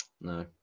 No